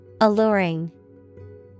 Alluring